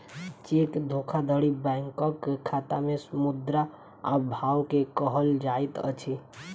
cheque धोखाधड़ी बैंकक खाता में मुद्रा अभाव के कहल जाइत अछि